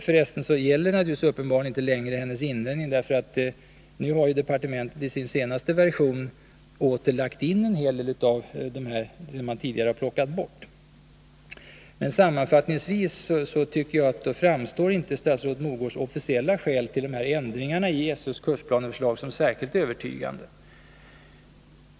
För resten gäller naturligtvis uppenbarligen inte längre hennes invändning, därför att departementet nu i sin senaste version åter har lagt in en hel del av det man tidigare plockat bort. Sammanfattningsvis framstår inte statsrådet Mogårds officiella skäl till ändringarna i SÖ:s kursplaneförslag som särskilt övertygande.